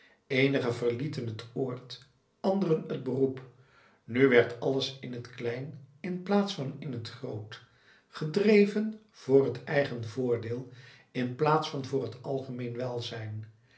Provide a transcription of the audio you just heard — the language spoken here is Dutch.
eenigen verlieten het oord anderen het beroep nu werd alles in t klein in plaats van in t groot gedreven voor t eigen voordeel in plaats van voor t algemeen welzijn